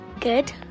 Good